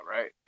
right